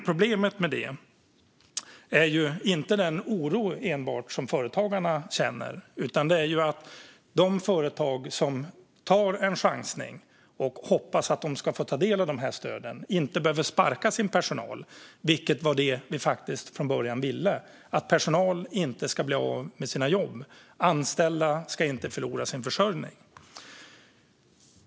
Problemet med detta är inte enbart den oro som företagarna känner, utan det handlar också om att de företag som chansar och hoppas att de ska få ta del av dessa stöd inte behöver sparka sin personal. Det var det vi från början ville - att personal inte ska bli av med sina jobb och att anställda inte ska förlora sin försörjning.